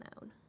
known